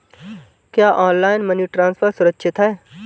क्या online money transfer सुरक्षित है?